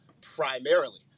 primarily